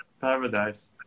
paradise